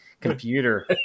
computer